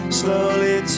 slowly